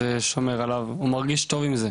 זה שומר עליו, הוא מרגיש טוב עם זה.